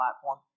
platform